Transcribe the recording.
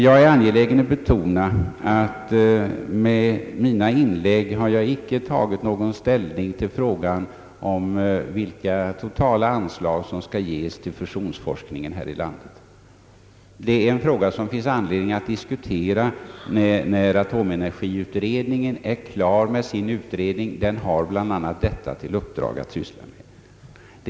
Jag är angelägen att betona att jag med mina inlägg inte har tagit någon ställning till frågan om hur stora totalanslag som skall ges till fusionsforskningen här i landet. Det är en fråga som det finns anledning diskutera när atomenergiutredningen är klar med sitt arbete. Den har bland annat i uppdrag att syssla med den frågan.